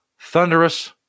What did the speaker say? Thunderous